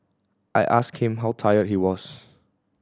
I asked him how tired he was